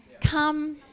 come